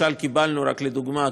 רק לדוגמה,